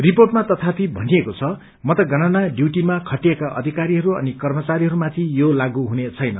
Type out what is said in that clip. रिपोर्टमा तथापि भनिएको छ मतगणना डयूटिमा खटिएका अधिकारीहरू अनि कर्मचारीहरूमाथि यो लागू हुने छैन